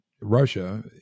russia